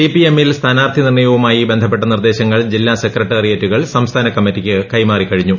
സിപിഎമ്മിൽ സ്ഥാനാർത്ഥി നിർണ്ണയവുമായി ബന്ധപ്പെട്ട നിർദ്ദേശങ്ങൾ ജില്ലാ സെക്രട്ടേറിയേറ്റുകൾ സംസ്ഥാനക്കമ്മിറ്റിയ്ക്ക് കൈമാറിക്കഴിഞ്ഞു